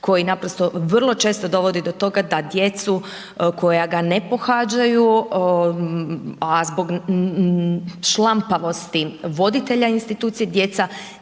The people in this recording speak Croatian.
koji naprosto vrlo često dovodi do toga da djecu koja ga ne pohađaju a zbog šlampavosti voditelja institucije djeca